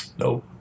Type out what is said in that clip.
Nope